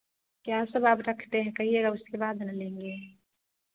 क्या सब आप रखते हैं कहिएगा उसके बाद ना लेगें